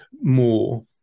more